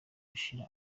gushira